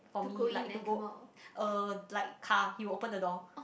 for me like to go uh like car he will open the door